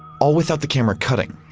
all without the camera cutting.